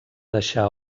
deixar